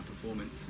performance